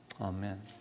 Amen